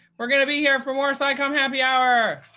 we're going to be here for more scicomm happy hour.